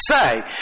say